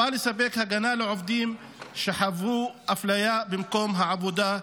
הבא לספק הגנה לעובדים שחוו אפליה במקום העבודה,